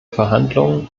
verhandlungen